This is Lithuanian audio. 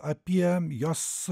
apie jos